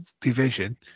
division